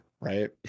right